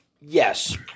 Yes